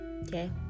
Okay